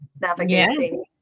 Navigating